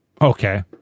okay